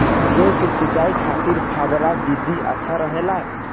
जौ के सिंचाई खातिर फव्वारा विधि अच्छा रहेला?